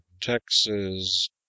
Texas